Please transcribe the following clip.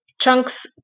chunks